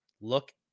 look